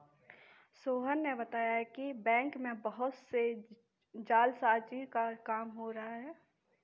सोहन ने बताया कि बैंक में बहुत से जालसाजी का काम हो रहा है